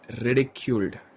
ridiculed